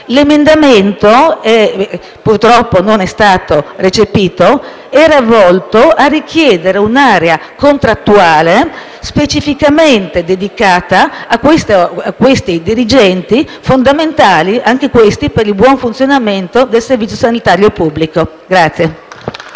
subemendamento - che, purtroppo, è stato respinto - era volto a richiedere un'area contrattuale specificamente dedicata a questi dirigenti, fondamentali anch'essi per il buon funzionamento del servizio sanitario pubblico.